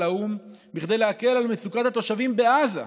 האו"ם בכדי להקל על מצוקת התושבים בעזה.